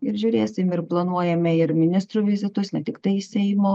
ir žiūrėsim ir planuojame ir ministrų vizitus ne tiktai seimo